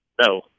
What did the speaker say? No